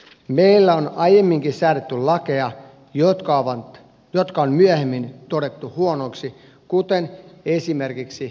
meillä on aiemminkin säädetty lakeja jotka on myöhemmin todettu huonoiksi kuten esimerkiksi jätevesiasetus